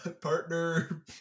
partner